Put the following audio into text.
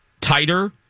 tighter